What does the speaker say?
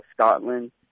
Scotland